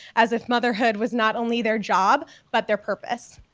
as if motherhood was not only their job, but their purpose.